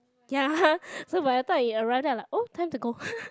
ya so by the time it arrive then I like oh time to go